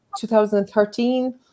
2013